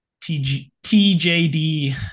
TJD